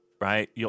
right